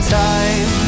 time